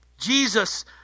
Jesus